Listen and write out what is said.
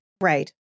Right